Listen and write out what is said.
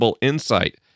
insight